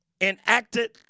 enacted